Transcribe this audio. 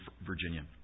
Virginia